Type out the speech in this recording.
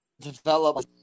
develop